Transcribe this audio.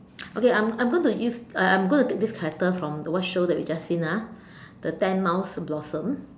okay I'm I'm going to use uh uh I'm going to take this character from the what show that we just seen ah the ten miles blossom